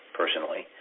personally